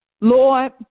Lord